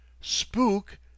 Spook